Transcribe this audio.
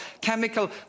chemical